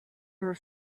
were